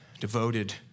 devoted